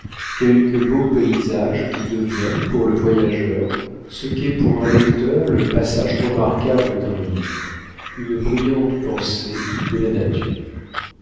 quelque beau paysage qui devient pour le voyageur ce qu'est pour un lecteur le passage remarquable d'un livre une brillante pensée de la nature